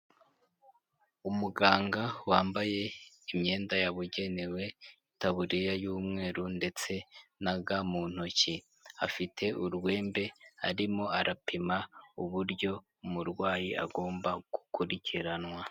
Umuganga wambaye imyenda yabugenewe, itaburiya y'umweru ndetse na ga mu ntoki, afite urwembe arimo arapima uburyo umurwayi agomba gukurikiranwa.